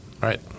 right